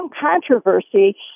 controversy